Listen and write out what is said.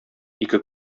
ике